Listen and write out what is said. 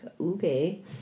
okay